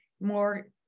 more